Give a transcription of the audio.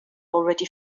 already